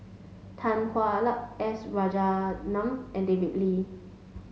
Tan Hwa Luck S Rajaratnam and David Lee